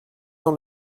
dans